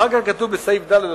אחר כך כתוב בסעיף קטן (ד),